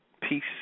Peace